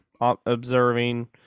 observing